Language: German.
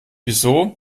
wieso